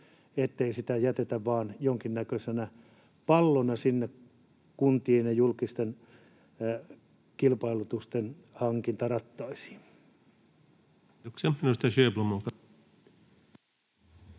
ettei sitä jätetä vain jonkinnäköisenä pallona sinne kuntien ja julkisten kilpailutusten hankintarattaisiin.